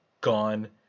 Gone